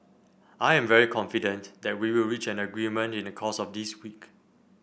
I am very confident that we will reach an agreement in the course of this week